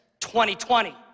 2020